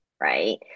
right